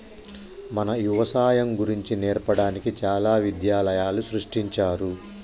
మన యవసాయం గురించి నేర్పడానికి చాలా విద్యాలయాలు సృష్టించారు